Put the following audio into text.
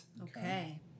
Okay